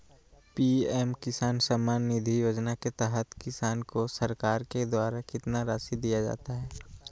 PM Kisan Samman Nidhi योजना के तहत किसान को सरकार के द्वारा कितना रासि दिया जाता है?